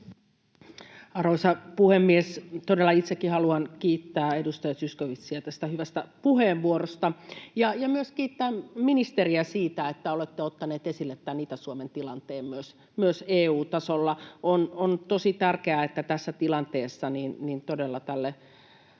Arvoisa puhemies! Todella itsekin haluan kiittää edustaja Zyskowiczia tästä hyvästä puheenvuorosta ja myös ministeriä siitä, että olette ottanut esille tämän Itä-Suomen tilanteen myös EU-tasolla. On tosi tärkeää, että tässä tilanteessa todella